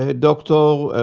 ah dr.